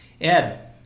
Ed